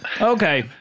Okay